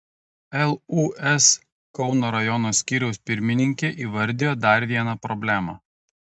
lūs kauno rajono skyriaus pirmininkė įvardijo dar vieną problemą